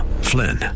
Flynn